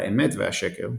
האמת והשקר.